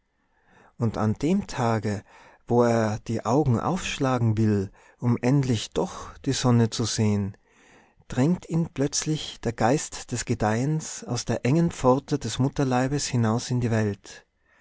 und an dem tage wo er die augen aufschlagen will um endlich doch die sonne zu sehen drängt ihn plötzlich der geist des gedeihens aus der engen pforte des mutterleibes hinaus in die welt